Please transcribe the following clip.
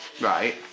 right